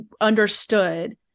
understood